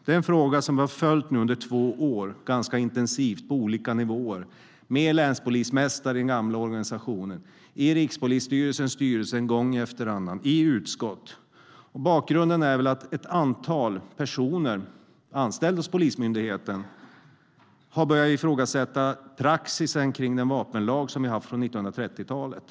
Det är en fråga som vi under två år nu har följt ganska intensivt på olika nivåer med länspolismästare i den gamla organisationen, i Rikspolisstyrelsens styrelse gång efter annan och i utskott. Bakgrunden är att ett antal personer anställda hos polismyndigheten har börjat ifrågasätta praxis kring den vapenlag som vi har haft sedan 1930-talet.